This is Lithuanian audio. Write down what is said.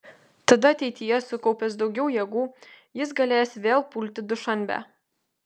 tada ateityje sukaupęs daugiau jėgų jis galės vėl pulti dušanbę